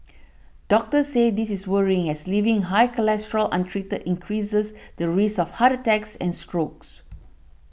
doctors say this is worrying as leaving high cholesterol untreated increases the risk of heart attacks and strokes